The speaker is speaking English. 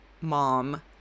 mom